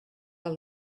del